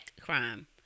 crime